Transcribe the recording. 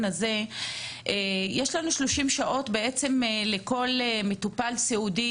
הזה הוא שיש לנו 30 שעות לכל מטופל סיעודי